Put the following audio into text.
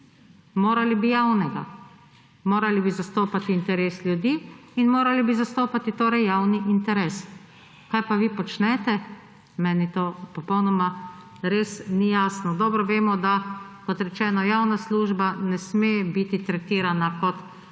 Morali bi javnega, morali bi zastopati interes ljudi in morali bi torej zastopati javni interes. Kaj pa vi počnete? Meni to res ni jasno. Dobro vemo, da kot rečeno, javna služba ne sme biti tretirana kot